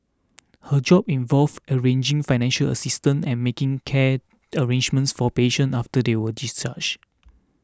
her job involves arranging financial assistance and making care arrangements for patients after they are discharged